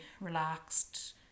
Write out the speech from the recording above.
relaxed